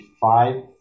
five